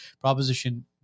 Proposition